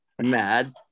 Mad